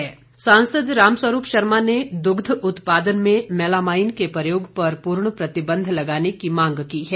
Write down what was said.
रामस्वरूप शर्मा सांसद रामस्वरूप शर्मा ने दुग्ध उत्पादन में मैलामाईन के प्रयोग पर पूर्ण प्रतिबंध लगाने की मांग की है